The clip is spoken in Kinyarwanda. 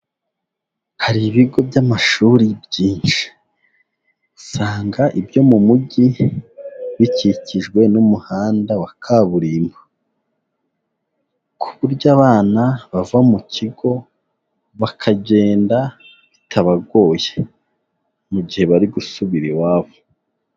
Hari ibigo by'amashuri byinshi, usanga ibyo mu mujyi bikikijwe n'umuhanda wa kaburimbo, ku buryo abana bava mu kigo bakagenda bitabagoye mu gihe bari gusubira iwabo.